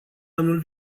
anul